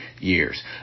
years